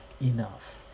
enough